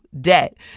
debt